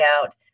out